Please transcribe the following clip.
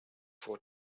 for